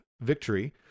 victory